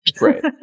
Right